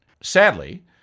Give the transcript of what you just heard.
Sadly